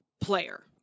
player